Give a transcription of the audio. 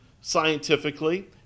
scientifically